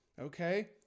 Okay